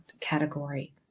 category